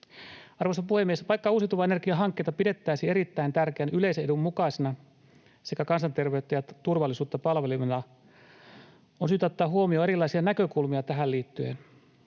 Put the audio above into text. Arvoisa puhemies! Vaikka uusiutuvan energian hankkeita pidettäisiin erittäin tärkeän yleisen edun mukaisina sekä kansanterveyttä ja turvallisuutta palvelevina, on syytä ottaa huomioon erilaisia näkökulmia tähän liittyen.